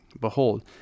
Behold